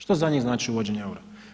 Što za njih znači uvođenje eura?